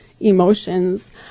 emotions